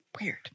Weird